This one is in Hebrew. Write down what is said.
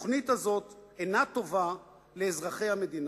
התוכנית הזאת אינה טובה לאזרחי המדינה.